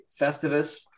Festivus